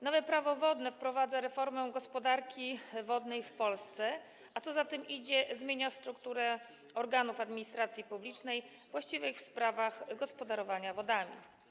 Nowe Prawo wodne wprowadza reformę gospodarki wodnej w Polsce, a co za tym idzie - zmienia strukturę organów administracji publicznej właściwych w sprawach gospodarowania wodami.